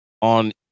On